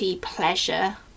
pleasure